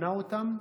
מענה אותם.